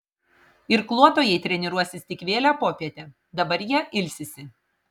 irkluotojai treniruosis tik vėlią popietę dabar jie ilsisi